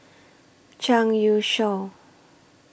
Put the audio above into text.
Zhang Youshuo